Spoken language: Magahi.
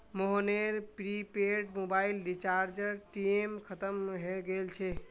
मोहनेर प्रीपैड मोबाइल रीचार्जेर टेम खत्म हय गेल छे